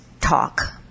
talk